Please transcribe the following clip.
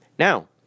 Now